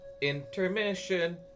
Intermission